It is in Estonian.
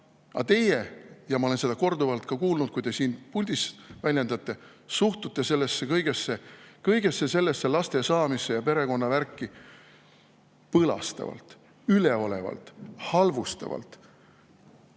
teie – ja ma olen korduvalt kuulnud, et te seda siin puldis väljendate – suhtute sellesse kõigesse, laste saamisse ja perekonnavärki põlastavalt, üleolevalt ja halvustavalt.